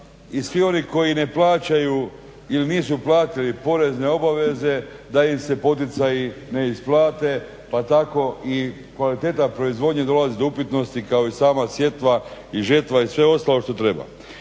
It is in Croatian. svi oni koji ne plaćaju ili nisu platili porezne obaveze da im se poticaji ne isplate pa tako i kvaliteta proizvodnje dolazi do upitnosti kao i sama sjetva i žetva i sve ostalo što treba.